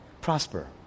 prosper